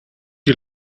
die